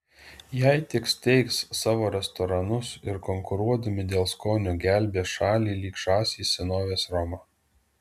jei tik steigs savo restoranus ir konkuruodami dėl skonio gelbės šalį lyg žąsys senovės romą